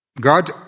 God